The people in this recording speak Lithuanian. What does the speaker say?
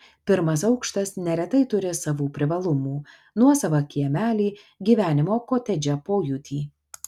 pirmas aukštas neretai turi savų privalumų nuosavą kiemelį gyvenimo kotedže pojūtį